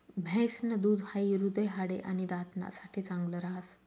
म्हैस न दूध हाई हृदय, हाडे, आणि दात ना साठे चांगल राहस